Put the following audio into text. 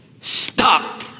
Stop